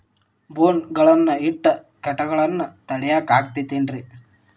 ಬೋನ್ ಗಳನ್ನ ಇಟ್ಟ ಕೇಟಗಳನ್ನು ತಡಿಯಾಕ್ ಆಕ್ಕೇತೇನ್ರಿ?